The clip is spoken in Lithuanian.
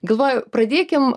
galvoju pradėkim